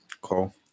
Cool